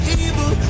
evil